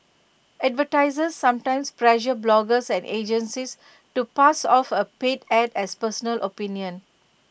advertisers sometimes pressure bloggers and agencies to pass off A paid Ad as personal opinion